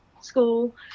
school